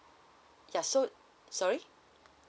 ya so sorry